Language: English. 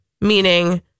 meaning